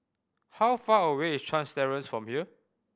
how far away is Chuan Terrace from here